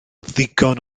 ddigon